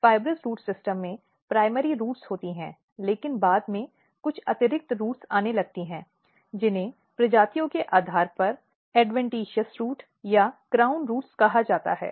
fibrous root system में primary roots होती हैं लेकिन बाद में कुछ अतिरिक्त रूट्स आने लगती हैं जिन्हें प्रजातियों के आधार पर ऐड्वन्टिशस रूट्स या क्राउन रूट्स कहा जाता है